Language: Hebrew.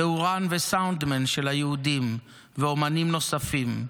תאורן וסאונדמן של "היהודים" ואומנים נוספים,